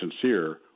sincere